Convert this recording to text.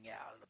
out